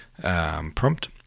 prompt